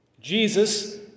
Jesus